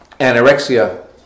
anorexia